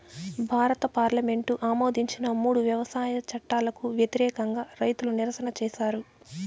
భారత పార్లమెంటు ఆమోదించిన మూడు వ్యవసాయ చట్టాలకు వ్యతిరేకంగా రైతులు నిరసన చేసారు